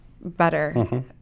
better